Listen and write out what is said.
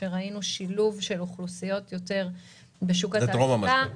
שראינו שילוב של אוכלוסיות יותר בשוק התעסוקה,